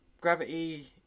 Gravity